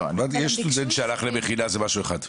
יש סטודנט שהלך למכינה, זה משהו אחד.